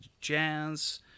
Jazz